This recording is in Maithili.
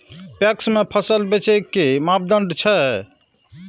पैक्स में फसल बेचे के कि मापदंड छै?